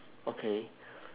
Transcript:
okay